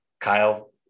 Kyle